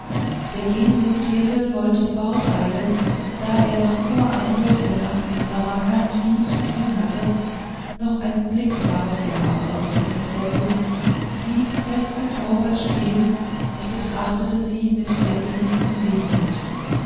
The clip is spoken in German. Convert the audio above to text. der genius thetel wollte forteilen da er noch vor einbruch der nacht in samarkand viel zu tun hatte noch einen blick warf er aber auf die prinzessin blieb fest gezaubert stehen und betrachtete sie mit der innigsten wehmut